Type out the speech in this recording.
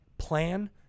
Plan